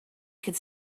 could